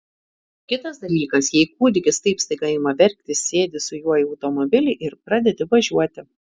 kitas dalykas jei kūdikis taip staiga ima verkti sėdi su juo į automobilį ir pradedi važiuoti